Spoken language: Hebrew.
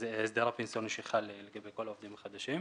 זה ההסדר הפנסיוני שחל לגבי כל העובדים החדשים.